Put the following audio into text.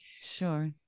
Sure